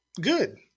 Good